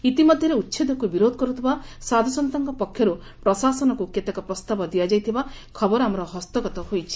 ଇତିମଧାରେ ଉଛେଦକୁ ବିରୋଧ କରୁଥିବା ସାଧୁସନ୍ତଙ୍କ ପକ୍ଷରୁ ପ୍ରଶାସନକୁ କେତେକ ପ୍ରସ୍ତାବ ଦିଆଯାଇଥିବା ଖବର ଆମର ହସ୍ତଗତ ହୋଇଛି